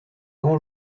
grand